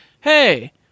Hey